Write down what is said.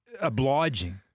obliging